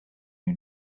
you